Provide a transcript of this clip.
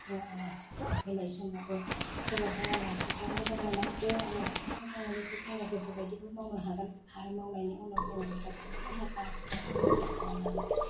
जोङो आलासि सा फैनाय समावबो सोरबाबा आलासिफोरा मोजां मोना बे आलासिफोर मोजां मोनैखौ जोङो गोसोबादिबो मावनो हागोन आरो मावनायनि उनाव जोङो बे गासिबो लाहार फाहारखौ गासिबो जगार खालामनानैसो